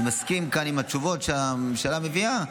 אני מסכים כאן עם התשובות שהממשלה מביאה,